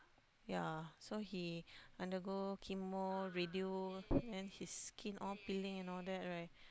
yea so he undergo chemo radio then his skin all peeling and all that right